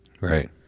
Right